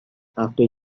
after